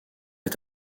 est